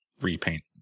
repaint